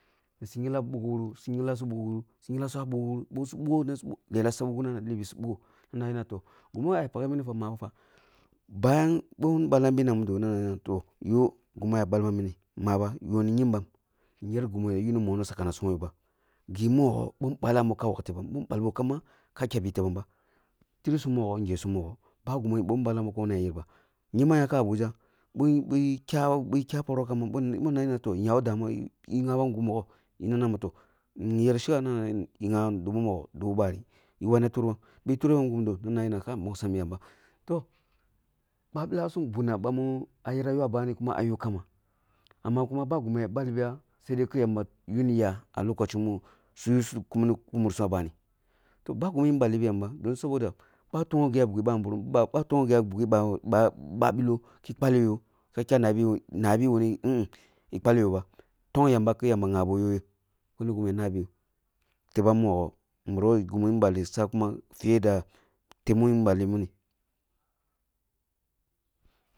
Su nghinka bukwuruk sunghinla so bukwanuru su nghimlasum bukwurula busu bukho bukho lelah suya wuna na libi su bukho na nabi nah toh, lelah gimi ah ya paghe mini fah, mabah fah, bayan bin gbalambi nannah mah toh yoh, yoh ni kyembam gumi ah ya ba balbam mini fah, maba fah yoh ni myamban yer gimi ya yuni montu sakanasum ko yohba, gi mogho bim bakalboh ka bi tebam bin balbo ba, ka bya bi tebamba. Tirisum mogho nghesum mogho, ba gimi bin balamboh kawuna bi tebamba. Kyembam yakha ah abuja. Bi na nabi toh bi bi kya poroh kamba bin nana bi toh ya ko damuwa na ni nah meh toh bo kyambam gi ni nah mah ayer cika? Na nah mah toh yir dubu mogho dubu bari yiri wawuna turban bi liheyam na na ba toh, mbongsambi yamba. Toh, ba bilasum bunna bamu ah yera ywa bani kuma ka yuh kamba, amma kuma bah gima balbiya sede ki yamba yamiga ah lokoca musu kum ni kumursum ah bani toh, bo gimi balbiyamba don saboda, bah to gho gi ah bene babirim ba- ba- babiloh ki kpaleyo da kya nabi wuni yi kpaleyoba, tong yamba ki yamba ghabo yah tebam mogho in birah woh gimi balli sa kuma fiye da teb min balli mini.